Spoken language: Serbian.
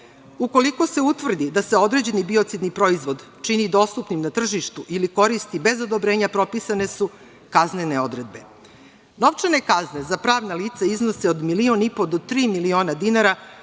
Ukoliko se utvrdi da se određeni biocidnni proizvod čini dostupnim na tržištu ili koristi bez odobrenja, propisane su kaznene odredbe. Novčane kazne za pravna lica iznose od milion i po do tri miliona dinara